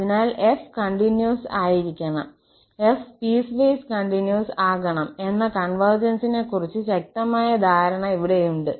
അതിനാൽ f continuous ആയിരിക്കണം 𝑓′ piecewise continuous ആകണം എന്ന കോൺവെർജൻസിനെകുറിച്ച് ശക്തമായ ധാരണ ഇവിടെയുണ്ട്